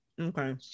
okay